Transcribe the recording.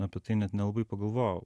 apie tai net nelabai pagalvojau